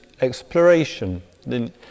exploration